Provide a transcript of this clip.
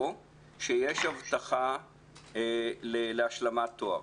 או שיש הבטחה להשלמת תואר?